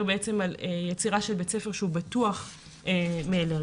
על יצירה של בית ספר בטוח מאלרגנים.